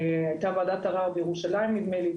הייתה ועדת ערר בירושלים נדמה לי,